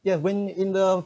you have when in the